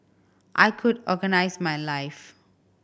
I could organise my life